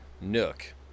Nook